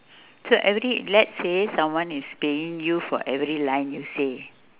so every let's say someone is paying you for every line you say